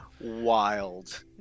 wild